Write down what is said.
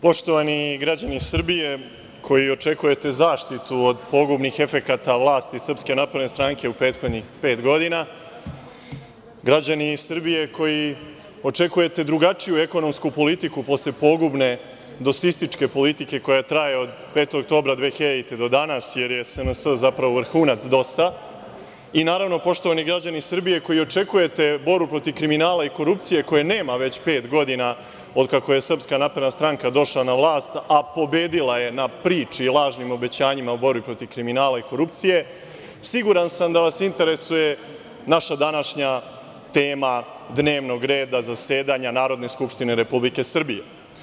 Poštovani građani Srbije koji očekujete zaštitu od pogubnih efekata vlasti SNS u prethodnih pet godina, građani Srbije koji očekujete drugačiju ekonomsku politiku posle pogubne DOS-ističke politike koja traje od 5. oktobra 2000. do danas, jer je SNS zapravo vrhunac DOS-a, i naravno, poštovani građani Srbije koji očekujete borbu protiv kriminala i korupcije koje nema već pet godina od kako je SNS došla na vlast, a pobedila je na priči i lažnim obećanjima o borbi protiv kriminala i korupcije, siguran sam da vas interesuje naša današnja tema dnevnog reda zasedanja Narodne skupštine Republike Srbije.